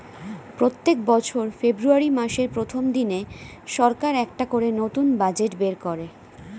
প্রত্যেক বছর ফেব্রুয়ারি মাসের প্রথম দিনে সরকার একটা করে নতুন বাজেট বের করে